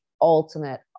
ultimate